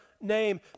name